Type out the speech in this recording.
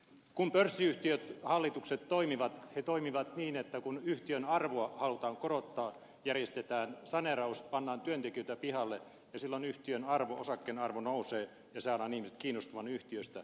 kun pörssiyhtiöt hallitukset toimivat ne toimivat niin että kun yhtiön arvoa halutaan korottaa järjestetään saneeraus pannaan työntekijöitä pihalle ja silloin yhtiön arvo osakkeen arvo nousee ja näin saadaan ihmiset kiinnostumaan yhtiöstä